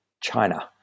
China